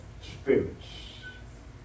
spirits